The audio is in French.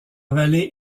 vallée